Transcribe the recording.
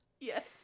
Yes